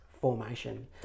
formation